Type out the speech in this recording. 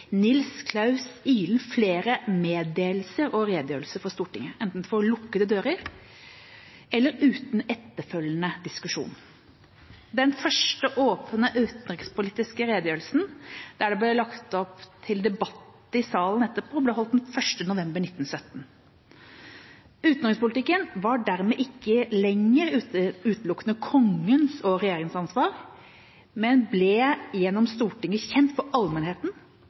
Nils Claus Ihlen flere meddelelser og redegjørelser for Stortinget, enten for lukkede dører eller uten etterfølgende diskusjon. Den første åpne utenrikspolitiske redegjørelsen, hvor det ble lagt opp til debatt i salen etterpå, ble holdt den 1. november 1917. Utenrikspolitikken var dermed ikke lenger utelukkende Kongens og regjeringas ansvar, men ble gjennom Stortinget kjent for allmennheten